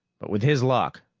but with his luck,